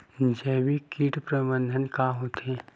जैविक कीट प्रबंधन का होथे?